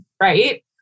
right